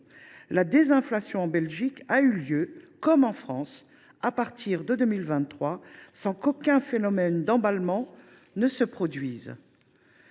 La désinflation en Belgique a eu lieu comme en France à partir de 2023 sans qu’aucun phénomène d’emballement se produise.